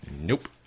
Nope